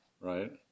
right